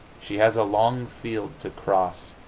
she has a long field to cross,